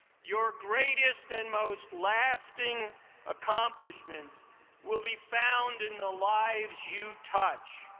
your greatest and most lasting accomplishments will be found in the lives you touch.